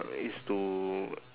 is to